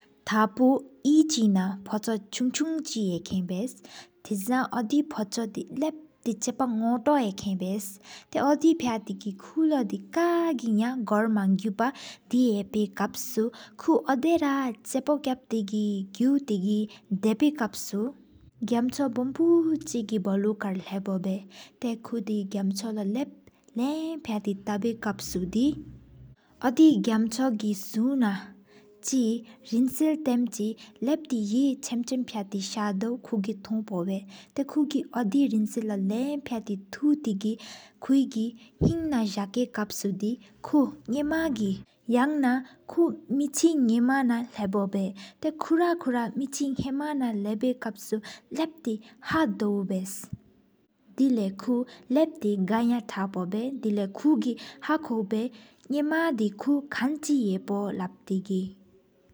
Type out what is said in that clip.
ཐང་པོ་ཡེ་གཅིག་ན་ཕོ་མཆུང་མཆུང་གཅིག། ཡེ་པོ་བཡེ་དེ་སངས་འོད་ཕོ་མཆུང་དེ་ལབ་ཏེ། ཆ་པོ་ནོ་ཏོག་གཅིག་ཡེ་པོ་བཡེ། ཏེ་འོ་དི་ཕྱ་ཏེ་གག་ཀུ་ལོ་དི་ཀ་གི་ཡ། གོར་དམངས་བཔ་དེ་ཧེ་པི་ཀབ་ཟུ་དཀུ། འོ་དའི་རེ་ཆ་པོ་ཀབ་ཏེ་དགུ་ད་ཕའི་ཀབ་ཟུ། གམ་ཆོ་བའམ་ཕག་གཅིག་གི་བལུ་དཀར་ལྷེ་ཕོ་དུ། ཐ་དཀུ་གི་གམ་ཆོ་ན་ལམ་ཕྱ་ཏེ་དྲག་བི་ཀབ་ཟུ། འོ་དི་གམ་ཆོ་ཀྱི་ཨུར་ན་རིན་བསལ་ཏམ་དི་ལབ། ཧེ་ཆམ་པམ་ཆམ་པ་ཏི་སར་སྟོཅ་རབ་ཀུ་གི་ཐོང་པོ་འཚིལ་བས་ལོ། ཐ་ཁུ་གི་འོ་དི་རིན་བསལ་ལོ་ལམ་ཕྱ་ཏེ་ཐུག་ཐེ། དེ་སྨོན་གསོས་ན་བའ་གོའི་ཀབ་ཟུ་དི། ཀུ་ཉི་མ་གི་ཡང་ན་མད་ཅི་ན་ཨ་མ་ན། ཁྲིར་ཕོ་འབའ་ཏེ་སྡོང་གཟིག་ཀབ་ཟུ། ཞིང་པ་ན་ལྷོང་སན་ལབ་ཏེ་ཅ་དགེ་བས། དེ་ལེ་ཀུ་ལབ་ཏེ་གང་ཡང་ཐོག་པོ་དུ། དེ་ལེ་ཀུ་གི་ཧ་ཀོ་མ་ཉམ་མ་བས་ཁུ། ཁན་ཆུ་ཡེ་པོ་ལབ་ཏེ་གི།